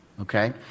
Okay